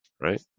right